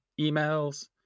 emails